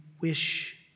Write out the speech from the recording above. wish